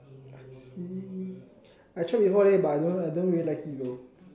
I see I check before already but I don't don't really like it though